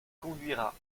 conduira